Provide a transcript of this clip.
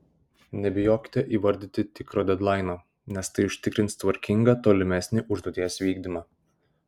nebijokite įvardyti tikro dedlaino nes tai užtikrins tvarkingą tolimesnį užduoties vykdymą